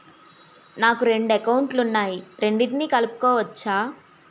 నాకు రెండు అకౌంట్ లు ఉన్నాయి రెండిటినీ కలుపుకోవచ్చా?